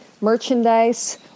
merchandise